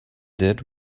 did